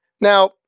Now